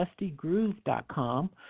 DustyGroove.com